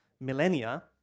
millennia